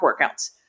workouts